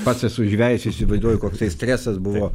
pats esu žvejas įsivaizduoju koksai stresas buvo